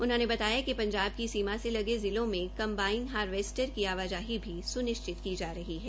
उन्होंने बताया कि पंजाब की सीमा से लगे जिलों में कम्बाईन हारवेस्टर की आवाजाही भी सुनिश्चित की जा रही है